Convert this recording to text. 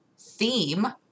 theme